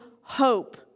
hope